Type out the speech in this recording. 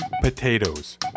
potatoes